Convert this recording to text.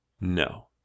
No